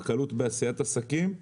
בקלות בעשיית עסקים,